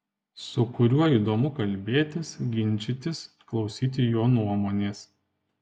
su kuriuo įdomu kalbėtis ginčytis klausyti jo nuomonės